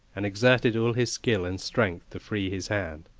and exerted all his skill and strength to free his hand.